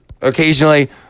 occasionally